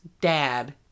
dad